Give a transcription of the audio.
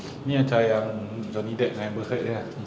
ni macam yang johnny depp member amber heard ah